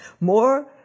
more